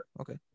Okay